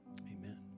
Amen